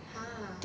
!huh!